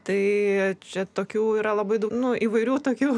tai čia tokių yra labai nu įvairių tokių